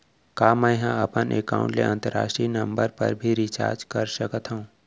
का मै ह अपन एकाउंट ले अंतरराष्ट्रीय नंबर पर भी रिचार्ज कर सकथो